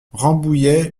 rambouillet